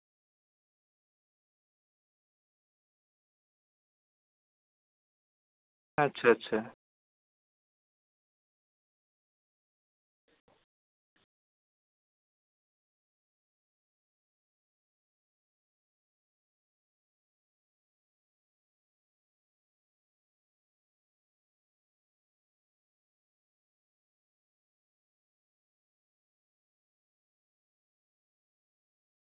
ᱟᱪᱪᱷᱟ ᱪᱷᱟ